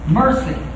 mercy